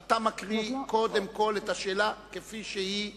אתה מקריא קודם כול את השאלה כפי שהיא רשומה.